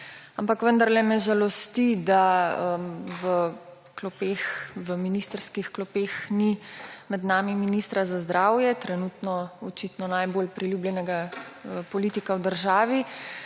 Ampak vendarle me žalosti, da v ministrskih klopeh ni med nami ministra za zdravje, trenutno očitno najbolj priljubljenega politika v državi,